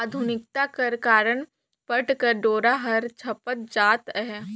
आधुनिकता कर कारन पट कर डोरा हर छपत जात अहे